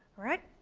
right.